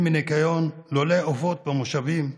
ניקיון לולי עופות במושבים,